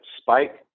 spike